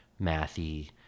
mathy